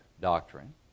doctrine